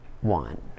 one